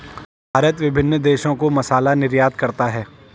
भारत विभिन्न देशों को मसाला निर्यात करता है